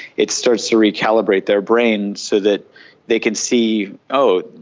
it starts to recalibrate their brain so that they can see, oh,